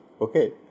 okay